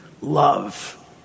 love